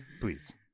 please